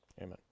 Amen